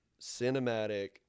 cinematic